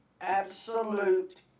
absolute